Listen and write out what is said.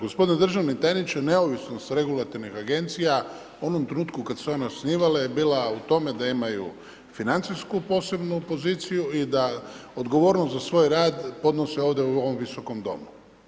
Gospodine državni tajniče, neovisno s regulatornih agencija, u onom trenutku kad su se one osnivale, bila u tome, da imaju financijsku posebnu poziciju i da odgovornost za svoj rad podnose ovdje u ovom Visokom domu.